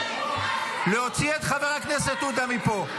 להוציא חבר הכנסת איימן עודה מהמליאה.